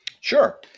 Sure